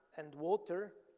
and water